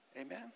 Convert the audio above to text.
amen